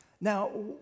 Now